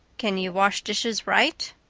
can you wash dishes right?